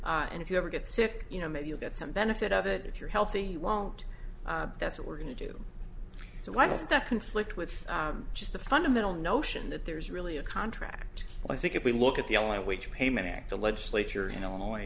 yours and if you ever get sick you know maybe you'll get some benefit of it if you're healthy won't that's what we're going to do so why does that conflict with just the fundamental notion that there's really a contract and i think if we look at the only way to payment act the legislature in illinois